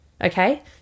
Okay